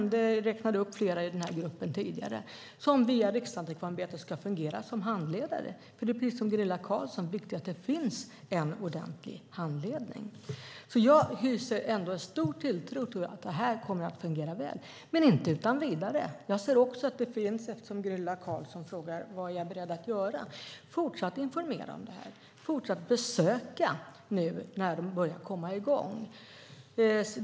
Jag räknade upp flera i den gruppen tidigare som via Riksantikvarieämbetet ska fungera som handledare. Det är, precis som Gunilla Carlsson säger, viktigt att det finns en ordentlig handledning. Jag hyser en stor tilltro till att det här kommer att fungera väl, men inte utan vidare. Gunilla Carlsson frågar vad jag är beredd att göra. Det finns ett behov av att fortsätta att informera om detta och besöka dem nu när de börjar komma i gång.